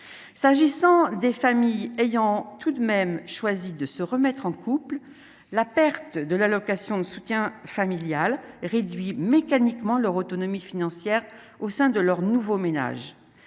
s'agissant des familles ayant tout de même choisi de se remettre en couple, la perte de l'allocation de soutien familial réduit mécaniquement leur autonomie financière au sein de leur nouveau ménage